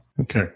Okay